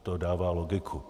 To dává logiku.